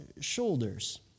shoulders